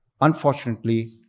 Unfortunately